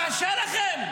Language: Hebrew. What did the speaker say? קשה לכם.